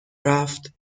رفت